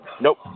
Nope